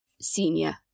Senior